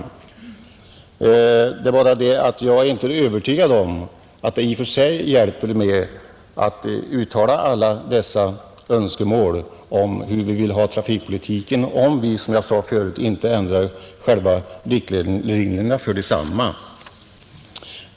Det är bara det att jag inte är övertygad om att det i och för sig hjälper att uttala alla dessa önskemål om hur vi vill ha trafikpolitiken, om vi inte, som jag sade förut, ändrar själva riktlinjerna för densamma.